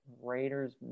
Raiders